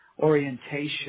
orientation